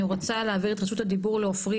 ואני רוצה להעביר את רשות הדיבור לעפרי